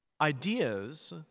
Ideas